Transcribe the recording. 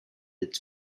its